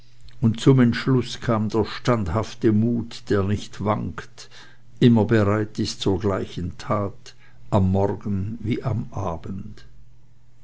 und zum entschluß kam der standhafte mut der nicht wankt immer bereit ist zur gleichen tat am morgen wie am abend